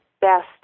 best